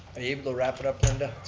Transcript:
able to wrap it up, linda?